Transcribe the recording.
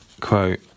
Quote